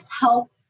help